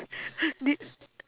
nee~